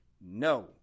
No